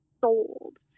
sold